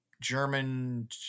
German